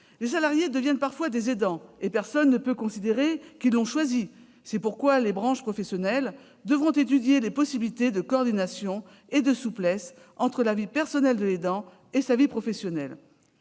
Les salariés deviennent parfois des aidants, et l'on ne saurait considérer qu'il s'agit là d'un choix de leur part. C'est pourquoi les branches professionnelles devront étudier les possibilités de coordination et de souplesse entre la vie personnelle de l'aidant et sa vie professionnelle.